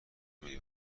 میری